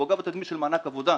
פוגע בתדמית של מענק עבודה.